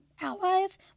allies